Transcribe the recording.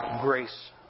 grace